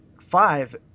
five